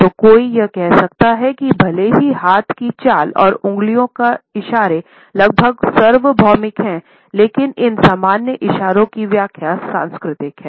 तो कोई यह कह सकता है कि भले ही हाथ की चाल और उंगली के इशारे लगभग सार्वभौमिक हों लेकिन इन सामान्य इशारों की व्याख्या सांस्कृतिक है